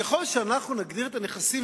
ככל שאנחנו נגדיר את הנכסים,